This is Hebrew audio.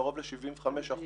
קרוב ל-75 אחוזים,